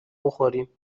بخوریم